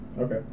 Okay